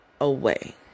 away